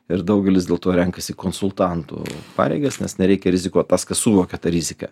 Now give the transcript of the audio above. ir daugelis dėl to renkasi konsultantų pareigas nes nereikia rizikuoti tas kas suvokia tą riziką